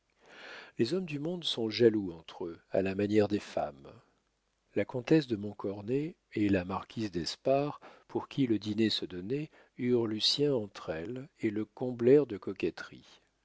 les hommes du monde sont jaloux entre eux à la manière des femmes la comtesse de montcornet et la marquise d'espard pour qui le dîner se donnait eurent lucien entre elles et le comblèrent de coquetteries